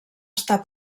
està